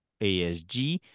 ASG